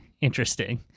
Interesting